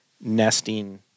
nesting